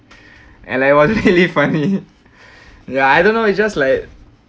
and like it was really funny yeah I don't know it's just like